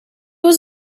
was